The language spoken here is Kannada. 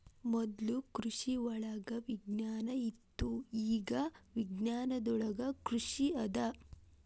ಮೊದ್ಲು ಕೃಷಿವಳಗ ವಿಜ್ಞಾನ ಇತ್ತು ಇಗಾ ವಿಜ್ಞಾನದೊಳಗ ಕೃಷಿ ಅದ